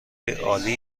عالی